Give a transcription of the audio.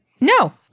No